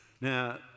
Now